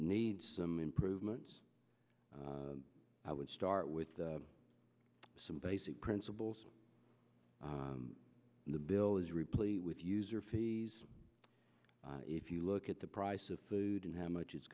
needs some improvements i would start with some basic principles in the bill is replete with user fees if you look at the price of food and how much it's